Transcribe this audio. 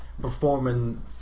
performing